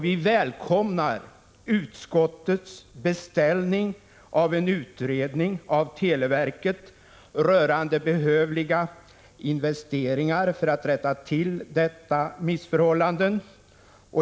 Vi välkomnar utskottets beställning av utredning av televerket rörande behövliga investeringar för att rätta till detta missförhållande.